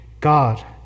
God